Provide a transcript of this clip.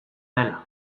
dela